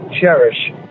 cherish